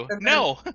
No